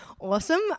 Awesome